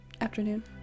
Afternoon